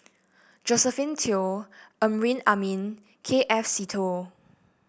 Josephine Teo Amrin Amin K F Seetoh